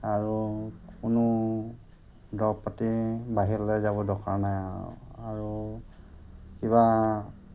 আৰু কোনো দৰৱ পাতি বাহিৰলৈ যাব দৰকাৰ নাই আৰু আৰু কিবা